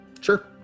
Sure